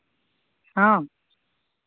ᱦᱚᱸ